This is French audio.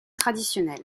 traditionnelle